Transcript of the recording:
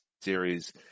series